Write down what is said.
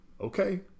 okay